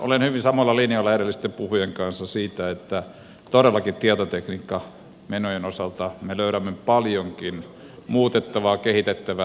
olen hyvin samoilla linjoilla edellisten puhujien kanssa siitä että todellakin tietotekniikkamenojen osalta me löydämme paljonkin muutettavaa kehitettävää tehostettavaa